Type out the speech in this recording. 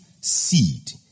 seed